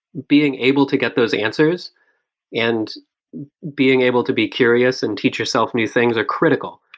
being able to get those answers and being able to be curious and teach yourself new things are critical.